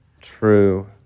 True